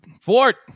Fort